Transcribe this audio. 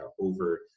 over